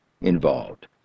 involved